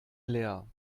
leer